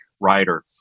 writer